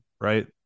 right